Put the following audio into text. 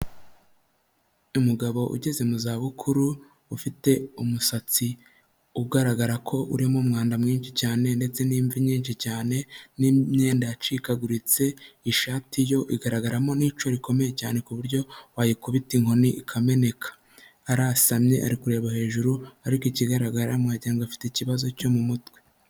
Umugabo ugeze mu zabukuru ufite umusatsi ugaragara ko urimo umwanda mwinshi cyane ndetse n'imvi nyinshi cyane n'imyenda yacikaguritse, ishati yo igaragaramo n'ico rikomeye cyane ku buryo wayikubita inkoni ikameneka, arasamye ari kureba hejuru ariko ikigaragara wagira ngo afite ikibazo cyo mu mutwe.